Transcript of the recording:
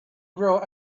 grow